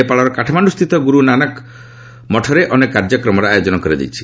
ନେପାଳର କାଠମାଣ୍ଡୁ ସ୍ଥିତ ଗୁରୁ ନାନକ ମଠରେ ଅନେକ କାର୍ଯ୍ୟକ୍ରମର ଆୟୋଜନ କରାଯାଇଛି